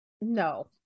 No